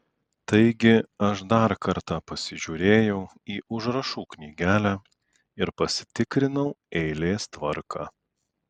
taigi aš dar kartą pasižiūrėjau į užrašų knygelę ir pasitikrinau eilės tvarką